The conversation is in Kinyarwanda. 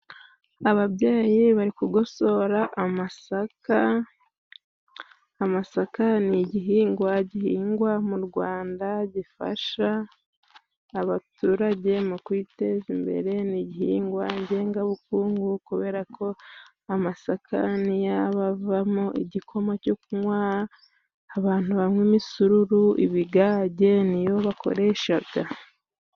Ababyeyi bari kugosora amasaka, amasaka ni igihingwa gihingwa mu rwanda gifasha abaturage mu kwiteza imbere, ni igihingwa ngengabukungu kubera ko amasaka avamo igikoma cyo kunywa, abantu banywa imisururu ibigage niyo bakoresha.